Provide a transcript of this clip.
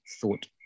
thought